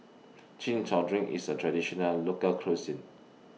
Chin Chow Drink IS A Traditional Local Cuisine